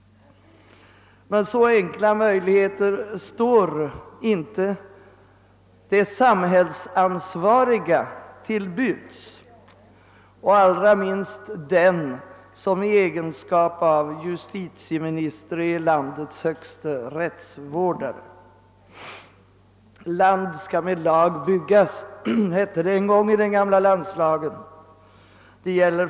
Men så enkla möjligheter står inte de samhällsansvariga till buds och allra minst den som i egenskap av justitieminister är landets högste rättsvårdare: >»Land skall med lag byggas» hette det en gång i den gamla landskapslagen.